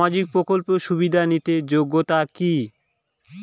সামাজিক প্রকল্প সুবিধা নিতে যোগ্যতা কি?